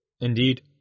indeed